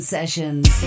Sessions